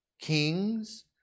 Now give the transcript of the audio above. kings